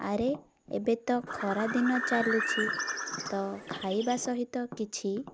ଆରେ ଏବେ ତ ଖରାଦିନ ଚାଲୁଛି ତ ଖାଇବା ସହିତ କିଛି